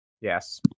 Yes